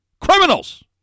Criminals